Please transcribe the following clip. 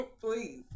please